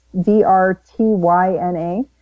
D-R-T-Y-N-A